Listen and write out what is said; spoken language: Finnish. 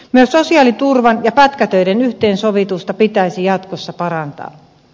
myös sosiaaliturvan ja pätkätöiden yhteensovitusta pitäisi jatkossa parantaa